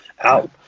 out